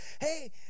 hey